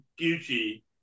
gucci